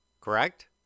correct